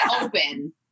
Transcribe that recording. open